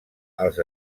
als